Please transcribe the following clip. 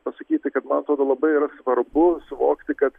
pasakyti kad man labai yra svarbu suvokti kad